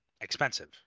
expensive